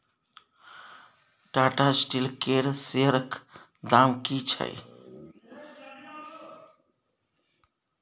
Tata steel केर शेयरक दाम की छै?